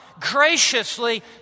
graciously